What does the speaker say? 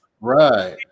right